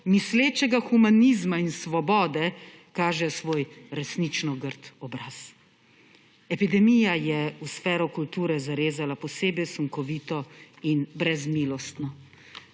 mislečega humanizma in svobode, kaže svoj resnično grd obraz. Epidemija je v sfero kulture zarezala posebej sunkovito in brezmilostno.